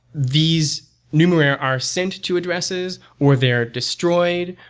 these numerair are sent to addresses, or they're destroyed,